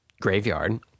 graveyard